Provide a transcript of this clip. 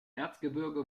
erzgebirge